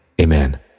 Amen